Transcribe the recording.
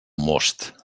most